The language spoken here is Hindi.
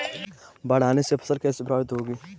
बाढ़ आने से फसल कैसे प्रभावित होगी?